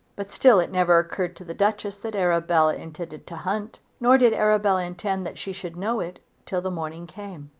but still it never occurred to the duchess that arabella intended to hunt. nor did arabella intend that she should know it till the morning came.